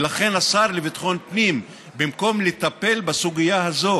ולכן, השר לביטחון פנים, במקום לטפל בסוגיה הזאת